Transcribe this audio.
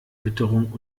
witterung